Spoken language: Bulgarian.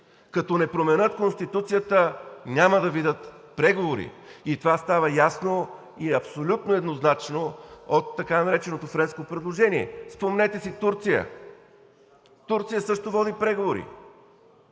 Като не променят Конституцията, няма да видят преговори и това става ясно и абсолютно еднозначно от така нареченото френско предложение. Спомнете си Турция – Турция също води преговори.